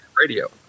radio